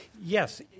yes